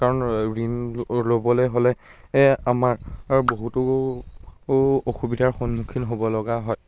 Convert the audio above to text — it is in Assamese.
কাৰণ ঋণ ল'বলৈ হ'লে আমাৰ বহুতো অসুবিধাৰ সন্মুখীন হ'বলগা হয়